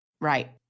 Right